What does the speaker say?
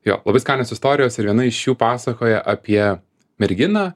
jo labai skanios istorijos ir viena iš jų pasakoja apie merginą